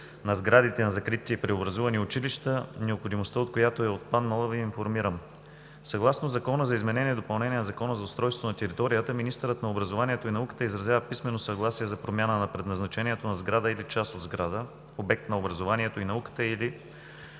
на сградите на закритите и преобразувани училища, необходимостта от която е отпаднала, Ви информирам. Съгласно Закона за изменение и допълнение на Закона за устройство на територията министърът на образованието и науката изразява писмено съгласие за промяна на предназначението на сграда или част от сграда – обект на образованието и науката или